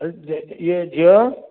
ଇଏ ଝିଅ